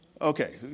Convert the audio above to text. Okay